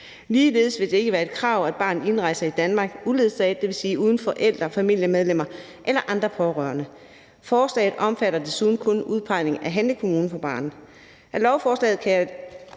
Ligeledes vil det ikke være et krav, at barnet indrejser i Danmark uledsaget, dvs. uden forældre og familiemedlemmer eller andre pårørende. Forslaget omfatter desuden kun udpegning af handlekommune for barnet.